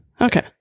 Okay